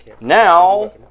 Now